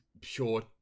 pure